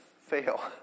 fail